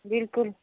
بِلکُل